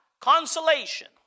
Consolation